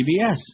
CBS